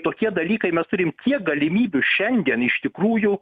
tokie dalykai mes turim tiek galimybių šiandien iš tikrųjų